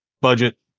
budget